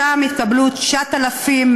שבה התקבלו 9,197